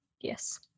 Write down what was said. Yes